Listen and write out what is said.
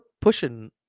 pushing